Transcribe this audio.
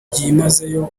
byimazeyo